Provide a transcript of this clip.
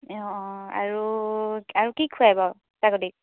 অ অ আৰু আৰু কি খুৱাই বাৰু ছাগলীক